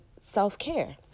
self-care